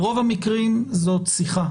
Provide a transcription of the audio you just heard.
ברוב המקרים להערכתי זאת שיחה